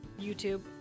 YouTube